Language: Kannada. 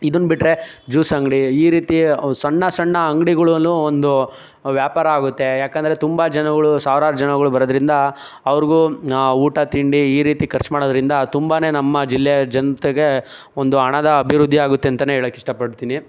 ಇದನ್ನ ಬಿಟ್ಟರೆ ಜ್ಯೂಸ್ ಅಂಗಡಿ ಈ ರೀತಿ ಒಂದು ಸಣ್ಣ ಸಣ್ಣ ಅಂಗ್ಡಿಗುಳೂ ಒಂದು ವ್ಯಾಪಾರ ಆಗುತ್ತೆ ಯಾಕಂದರೆ ತುಂಬ ಜನಗಳು ಸಾವಿರಾರು ಜನಗಳು ಬರೋದ್ರಿಂದ ಅವ್ರಿಗೂ ಊಟ ತಿಂಡಿ ಈ ರೀತಿ ಖರ್ಚು ಮಾಡೋದ್ರಿಂದ ತುಂಬಾ ನಮ್ಮ ಜಿಲ್ಲೆಯ ಜನತೆಗೆ ಒಂದು ಹಣದ ಅಭಿವೃದ್ಧಿಯಾಗುತ್ತೆ ಅಂತನೇ ಹೇಳಕ್ ಇಷ್ಟಪಡ್ತೀನಿ